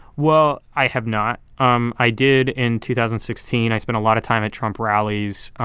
well, i have not. um i did in two thousand sixteen. i spent a lot of time at trump rallies,